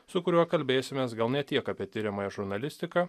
su kuriuo kalbėsimės gal ne tiek apie tiriamąją žurnalistiką